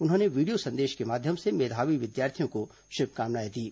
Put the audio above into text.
उन्होंने वीडियो संदेश के माध्यम से मेधावी विद्यार्थियों को शुभकामनाएं दीं